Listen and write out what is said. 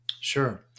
Sure